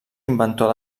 inventor